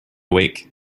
week